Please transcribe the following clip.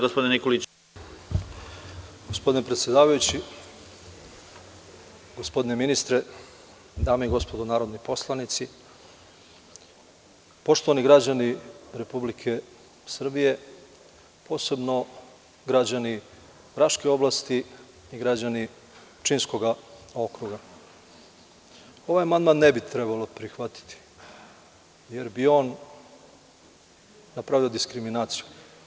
Gospodine predsedavajući, gospodine ministre, dame i gospodo narodni poslanici, poštovani građani Republike Srbije, posebno građani Raške oblasti i građani Pčinjskog okruga, ovaj amandman ne bi trebao prihvatiti, jer bi on napravio diskriminaciju.